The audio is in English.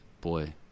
Boy